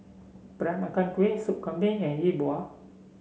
Peranakan Kueh Soup Kambing and Yi Bua